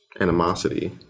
animosity